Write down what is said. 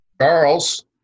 Charles